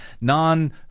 non